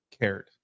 cared